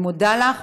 אני מודה לך,